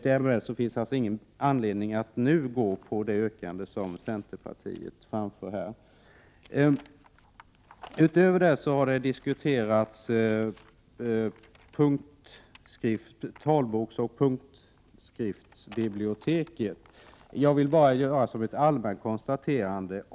Det finns alltså ingen anledning att nu biträda det yrkande som centerpartiet här framfört. Vidare har man diskuterat talboksoch punktskriftsbiblioteket. Jag vill där bara göra ett allmänt konstaterande.